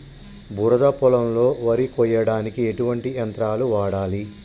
బురద పొలంలో వరి కొయ్యడానికి ఎటువంటి యంత్రాన్ని వాడాలి?